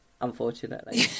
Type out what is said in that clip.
unfortunately